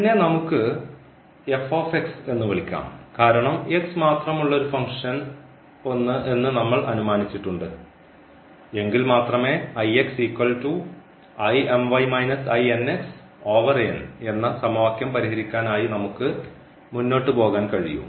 ഇതിനെ നമുക്ക് എന്നു വിളിക്കാം കാരണം മാത്രമുള്ള ഒരു ഫങ്ക്ഷൻ ഒന്ന് നമ്മൾ അനുമാനിച്ചുട്ടുണ്ട് എങ്കിൽ മാത്രമേ എന്ന സമവാക്യം പരിഹരിക്കാനായി നമുക്ക് മുന്നോട്ടു പോകാൻ കഴിയൂ